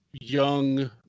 young